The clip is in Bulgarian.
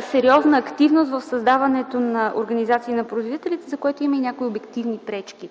сериозна активност в създаването на организации на производителите, за което има и някои обективни пречки.